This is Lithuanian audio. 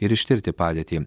ir ištirti padėtį